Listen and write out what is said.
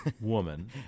woman